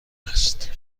است